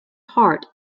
heart